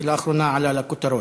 שלאחרונה עלה לכותרות,